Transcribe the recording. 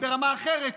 ברמה אחרת,